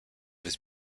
his